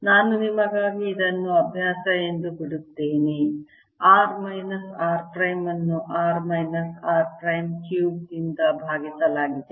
ನಾನು ನಿಮಗಾಗಿ ಇದನ್ನು ಅಭ್ಯಾಸ ಎಂದು ಬಿಡುತ್ತೇನೆ r ಮೈನಸ್ r ಪ್ರೈಮ್ ಅನ್ನು r ಮೈನಸ್ r ಪ್ರೈಮ್ ಕ್ಯೂಬ್ನಿಂದ ಭಾಗಿಸಲಾಗಿದೆ